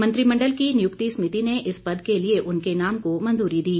मंत्रिमंडल की नियुक्ति समिति ने इस पद के लिए उनके नाम को मंजूरी दी